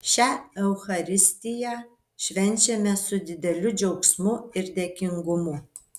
šią eucharistiją švenčiame su dideliu džiaugsmu ir dėkingumu